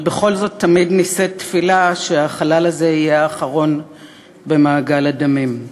אבל בכל זאת תמיד נישאת תפילה שהחלל הזה יהיה האחרון במעגל הדמים.